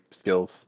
skills